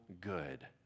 good